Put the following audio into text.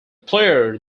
player